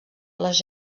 les